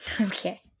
Okay